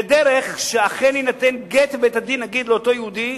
בדרך שאכן יינתן גט מבית-הדין לאותו יהודי,